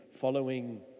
following